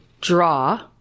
draw